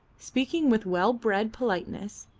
speaking with well-bred politeness,